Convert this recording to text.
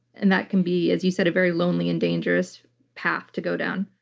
and that can be, as you said, a very lonely and dangerous path to go down.